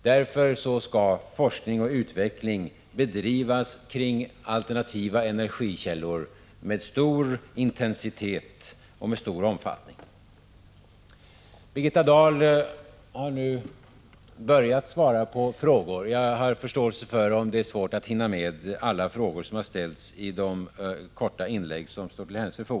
Därför skall forskning och avveckling bedrivas kring alternativa energikällor med stor intensitet och med stor omfattning. Birgitta Dahl har nu börjat svara på frågor. Jag har förståelse för om det är svårt att i de korta inlägg som står till hennes förfogande hinna med alla frågor som har ställts.